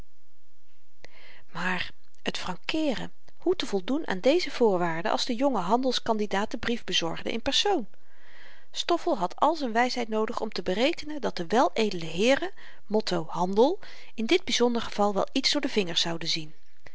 maar t frankeeren hoe te voldoen aan deze voorwaarde als de jonge handels kandidaat den brief bezorgde in persoon stoffel had al z'n wysheid noodig om te berekenen dat de weledele heeren motto handel in dit byzonder geval wel iets door de vingers zouden zien